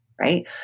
right